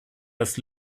das